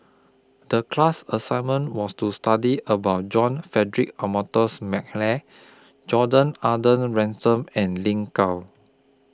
The class assignment was to study about John Frederick Adolphus Mcnair Gordon Arthur Ransome and Lin Gao